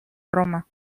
roma